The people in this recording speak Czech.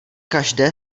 každé